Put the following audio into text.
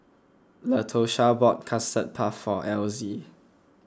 Latosha bought Custard Puff for Elzie